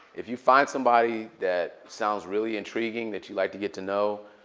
if you find somebody that sounds really intriguing that you'd like to get to know,